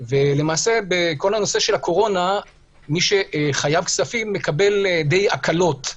ולמעשה בכל תקופת הקורונה מי שחייב כספים מקבל הקלות,